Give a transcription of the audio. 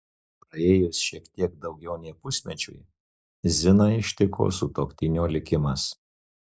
praėjus šiek tiek daugiau nei pusmečiui ziną ištiko sutuoktinio likimas